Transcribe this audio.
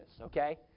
okay